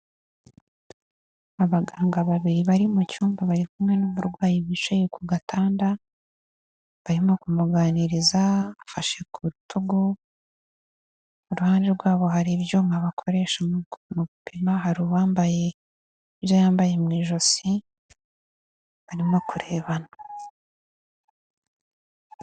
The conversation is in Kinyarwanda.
Abaganga babiri bari mu cyumba bari kumwe n'umurwayi wicaye ku gatanda, barimo kumuganiriza bamufashe ku rutugu, iruhande rwabo hari ibyuma bakoresha mu gupima, hari uwambaye ibyo yambaye mu ijosi, barimo kurebana.